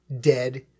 dead